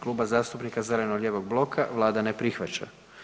Klub zastupnika zeleno-lijevog bloka vlada ne prihvaća.